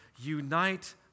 Unite